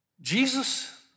Jesus